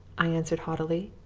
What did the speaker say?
i answered haughtily,